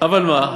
אבל מה?